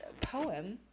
poem